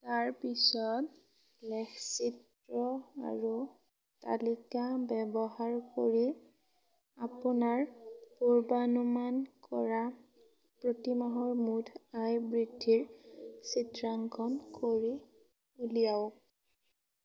তাৰ পিছত লেখচিত্ৰ আৰু তালিকা ব্যৱহাৰ কৰি আপোনাৰ পূৰ্বানুমান কৰা প্ৰতিমাহৰ মুঠ আয় বৃদ্ধিৰ চিত্ৰাঙ্কন কৰি উলিয়াওক